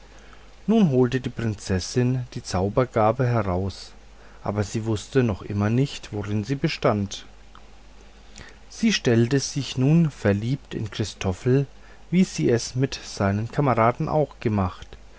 nun holte die prinzessin die zaubergabe heraus aber sie wußte noch immer nicht worin sie bestand sie stellte sich nun verliebt in christoffel wie sie es mit seinen kameraden auch gemacht